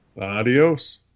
Adios